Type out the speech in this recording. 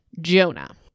jonah